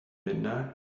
midnight